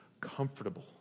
comfortable